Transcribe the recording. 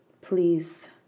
please